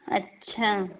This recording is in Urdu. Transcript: اچھا